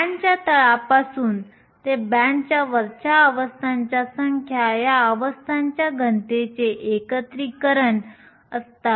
बँडच्या तळापासून ते बँडच्या वरच्या अवस्थांच्या संख्या या अवस्थांच्या घनतेचे एकत्रीकरण असतात